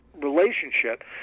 relationship